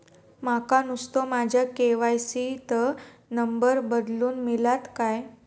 माका नुस्तो माझ्या के.वाय.सी त नंबर बदलून मिलात काय?